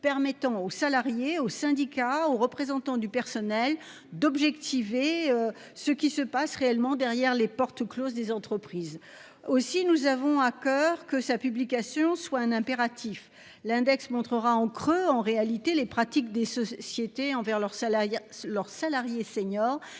permettant aux salariés, aux syndicats, aux représentants du personnel d'objectiver. Ce qui se passe réellement derrière les portes closes des entreprises aussi. Nous avons à coeur que sa publication soit un impératif l'index montrera en creux en réalité les pratiques des sociétés envers leurs salaires, leurs